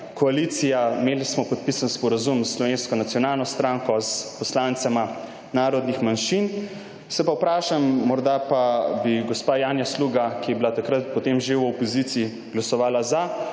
koalicija, imeli smo podpisan sporazum s Slovensko nacionalno stranko, s poslancema narodnih manjšin. Se pa vprašam, morda pa bi gospa Janja Sluga, ki je bila takrat potem že v opoziciji, glasovala za.